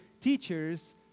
teachers